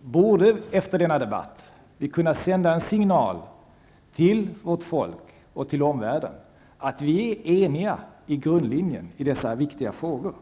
borde kunda sända en signal till vårt folk och till omvärlden att vi är eniga om grundlinjen i dessa viktiga frågor.